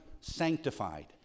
sanctified